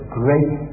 great